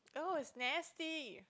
oh it's nasty